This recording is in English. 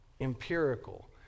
empirical